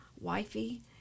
wifey